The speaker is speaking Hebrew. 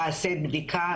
נעשית בדיקה,